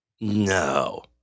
No